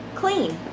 clean